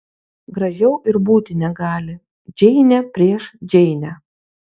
gražiau ir būti negali džeinė prieš džeinę